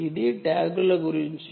ఇది ట్యాగ్ల గురించి